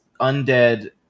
undead